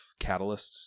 catalysts